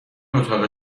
اتاق